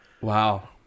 Wow